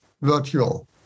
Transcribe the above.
virtual